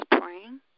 praying